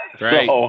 Right